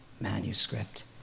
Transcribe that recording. manuscript